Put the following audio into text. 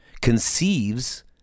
conceives